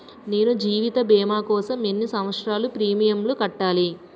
నేను జీవిత భీమా కోసం ఎన్ని సంవత్సారాలు ప్రీమియంలు కట్టాలి?